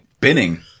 Binning